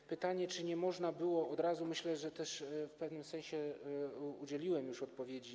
Na pytanie, czy nie można było od razu, myślę, że w pewnym sensie udzieliłem już odpowiedzi.